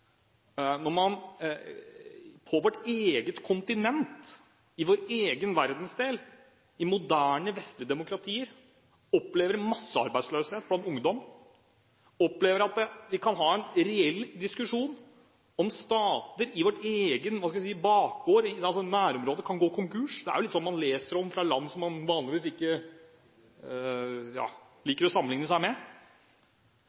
når vi på vårt eget kontinent, i vår egen verdensdel, i moderne vestlige demokratier, opplever massearbeidsløshet blant ungdom, opplever at vi kan ha en reell diskusjon om at stater i vår egen bakgård, i vårt nærområde, kan gå konkurs. Det er slik man leser om fra land vi vanligvis ikke